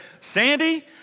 Sandy